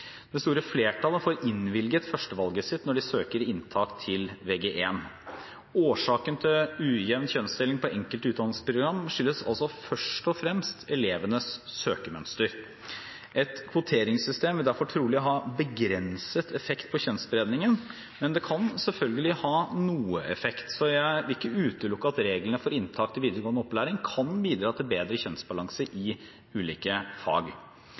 Det store flertallet får innvilget førstevalget sitt når de søker inntak til Vg1. Årsaken til ujevn kjønnsdeling på enkelte utdanningsprogram er først og fremst elevenes søkemønster. Et kvoteringssystem vil derfor trolig ha begrenset effekt på kjønnsspredningen, men det kan selvfølgelig ha noe effekt, så jeg vil ikke utelukke at reglene for inntak til videregående opplæring kan bidra til bedre kjønnsbalanse i ulike fag.